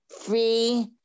free